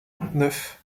neuf